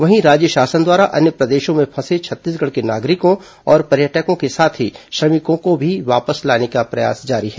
वहीं राज्य शासन द्वारा अन्य प्रदेशों में फंसे छत्तीसगढ़ के नागरिकों और पर्यटकों के साथ ही श्रमिकों को भी वापस लाने का प्रयास जारी है